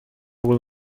will